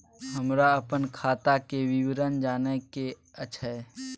हमरा अपन खाता के विवरण जानय के अएछ?